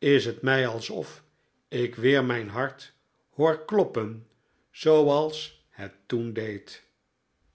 is het mij plsof ik weer mijn hart hoor kloppen zooals het toen deed